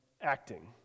acting